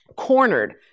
cornered